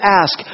ask